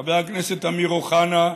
חבר הכנסת אמיר אוחנה,